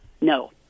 No